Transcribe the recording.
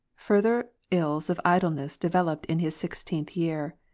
further ills of idleness developed in his sixteenth year.